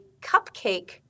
cupcake